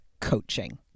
coaching